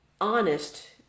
honest